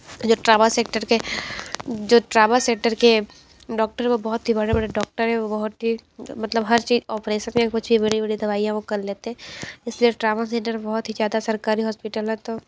जो trauma centre के जो ट्रामा सेंटर के डॉक्टर वो बहुत ही बड़े बड़े डॉक्टर हैं वो बहुत ही मतलब हर चीज़ ओप्रेसन या कुछ भी बड़ी बड़ी दवाइयाँ वो कर लेते इसलिए ट्रामा सेन्टर बहुत ही ज़्यादा सरकारी हॉस्पिटल है तो